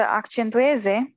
accentueze